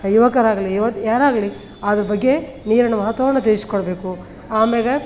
ಯುವಕರಾಗಲಿ ಯುವ ಯಾರಾಗಲಿ ಅದ್ರ ಬಗ್ಗೆ ನೀರಿನ ಮಹತ್ವವನ್ನು ತಿಳಿಸ್ಕೊಡ್ಬೇಕು ಆಮ್ಯಾಲ